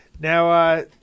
Now